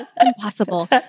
Impossible